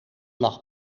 lag